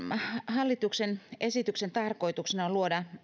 hallituksen esityksen tarkoituksena on luoda